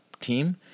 team